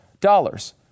dollars